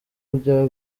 bya